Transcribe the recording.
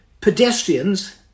pedestrians